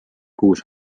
kuus